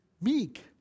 meek